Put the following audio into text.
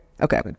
Okay